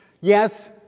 Yes